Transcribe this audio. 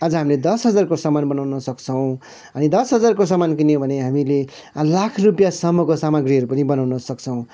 आज हामीले दस हजारको सामान बनाउन सक्छौँ अनि दस हजारको सामान किन्यो भने हामीले लाख रुपियाँसम्मको सामाग्रीहरू पनि बनाउन सक्छौँ